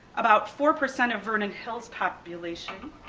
about four percent of vernon hills population.